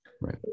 right